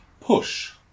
Push